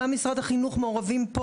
גם משרד החינוך מעורב פה,